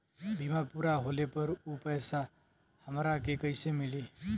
बीमा पूरा होले पर उ पैसा हमरा के कईसे मिली?